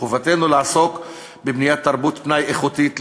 חובתנו לעסוק בבניית תרבות פנאי איכותית לבני-הנוער,